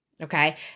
Okay